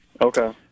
Okay